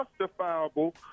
justifiable